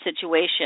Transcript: situation